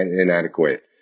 inadequate